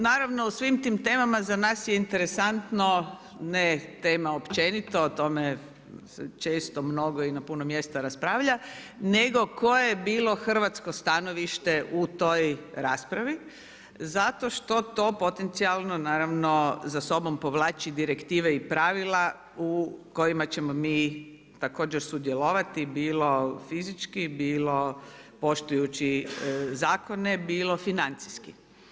Naravno o svim tim temama za nas je interesantno, ne tema općenito, o tome se često, mnogo i na puno mjesta raspravlja nego koje je bilo hrvatsko stanovište u toj raspravi zato što to potencijalno naravno za sobom povlači direktive i pravila u kojima ćemo mi također sudjelovati bilo fizički, bilo poštujući zakone, bilo financijski.